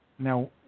Now